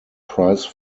prize